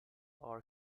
are